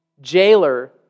jailer